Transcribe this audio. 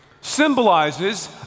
symbolizes